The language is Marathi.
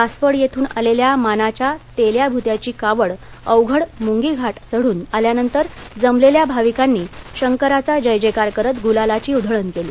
सासवड येथून आलेल्या मानाघ्या तेल्या भूत्याची कावड अवघड मृंगी घाट चढून आल्यानंतर जमलेल्या भाविकांनी शंकराचा जयजयकार करत गुलालाची उधळण केली